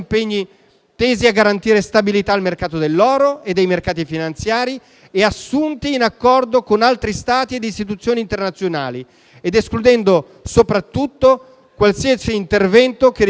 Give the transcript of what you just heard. tesi a garantire stabilità al mercato dell'oro e dei mercati finanziari (impegni assunti in accordo con altri Stati ed istituzioni internazionali), ed escludendo soprattutto qualsiasi intervento che riduca